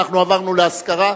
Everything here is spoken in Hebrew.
נא להצביע.